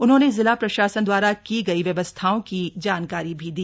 उन्होंने जिला प्रशासन द्वारा की गई व्यवस्थाओं की जानकारी भी दी